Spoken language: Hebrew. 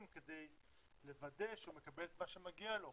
כדי לוודא שהוא מקבל את מה שמגיע לו.